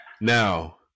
Now